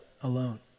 alone